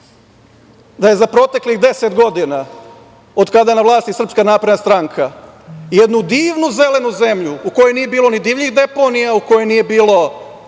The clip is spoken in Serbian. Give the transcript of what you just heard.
da je za proteklih 10 godina, od kada je na vlasti SNS, jednu divnu zelenu zemlju u kojoj nije bilo ni divljih deponija, u kojoj nije bilo